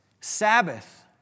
Sabbath